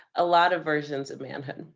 a lot of versions of manhood.